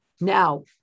now